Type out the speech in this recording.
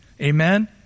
Amen